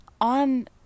on